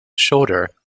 shoulder